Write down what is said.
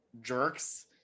jerks